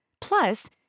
Plus